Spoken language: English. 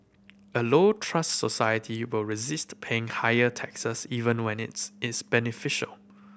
a low trust society will resist paying higher taxes even when it's is beneficial